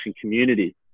community